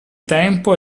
tempo